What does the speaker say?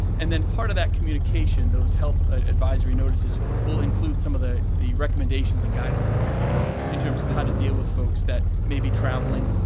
and then part of that communication, those health advisory notices, will include some of the the recommendations and guidance, if you will in terms of how to deal with folks that may be traveling,